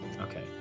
Okay